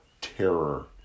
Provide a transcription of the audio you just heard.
terror